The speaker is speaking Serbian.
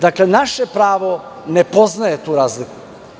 Dakle, naše pravo ne poznaje tu razliku.